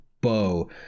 bow